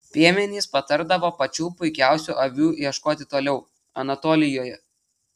piemenys patardavo pačių puikiausių avių ieškoti toliau anatolijoje